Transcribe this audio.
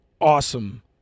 awesome